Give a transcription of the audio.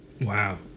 Wow